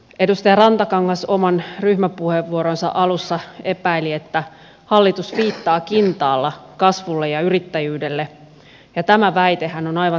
edustaja rantakangas oman ryhmäpuheenvuoronsa alussa epäili että hallitus viittaa kintaalla kasvulle ja yrittäjyydelle ja tämä väitehän on aivan täysin väärä